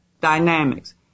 dynamics